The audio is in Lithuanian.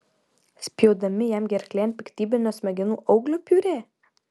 spjaudami jam gerklėn piktybinio smegenų auglio piurė